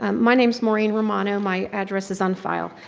um my name's maureen romano, my address is on file.